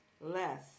Less